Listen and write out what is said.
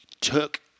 took